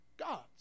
Gods